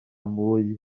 mwy